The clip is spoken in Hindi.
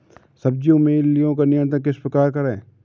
सब्जियों में इल्लियो का नियंत्रण किस प्रकार करें?